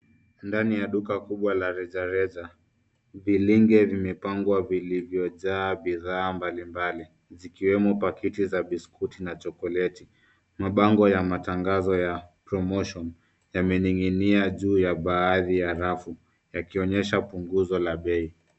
Ndani ya duka kubwa la rejareja, vilinge vimepangwa vilivyojaa bidhaa mbalimbali zikiwemo pakiti za biskuti na chokoleti. Mabango ya matangazo ya PROMOTION yamening'inia juu ya baadhi ya rafu yakionyesha punguzo la bei.